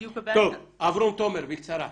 אברום תומר, בקצרה.